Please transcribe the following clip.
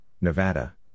Nevada